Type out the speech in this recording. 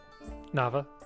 Nava